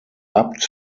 abt